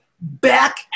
back